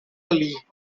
ali